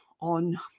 on